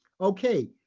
Okay